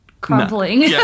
Crumbling